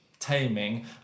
Taming